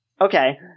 Okay